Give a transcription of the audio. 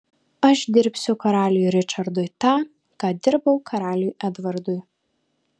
aš dirbsiu karaliui ričardui tą ką dirbau karaliui edvardui